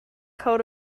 coat